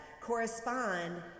correspond